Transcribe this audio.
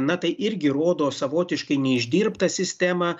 na tai irgi rodo savotiškai neišdirbtą sistemą